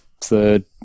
third